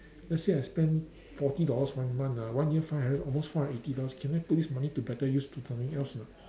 let's say I spend forty dollars one month ah one year five hundred almost four hundred and eighty dollars can I put this money to better use to something else or not